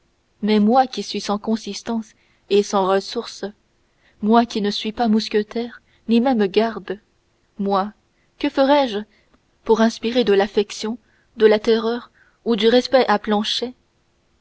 mais moi qui suis sans consistance et sans ressources moi qui ne suis pas mousquetaire ni même garde moi que ferai-je pour inspirer de l'affection de la terreur ou du respect à planchet